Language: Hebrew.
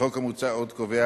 החוק המוצע קובע